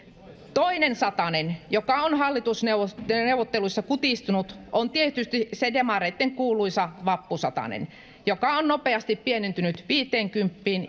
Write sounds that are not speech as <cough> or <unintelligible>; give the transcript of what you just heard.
toinen satanen joka on hallitusneuvotteluissa kutistunut on tietysti se demareiden kuuluisa vappusatanen joka on nopeasti pienentynyt viiteenkymppiin <unintelligible>